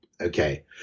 Okay